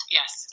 yes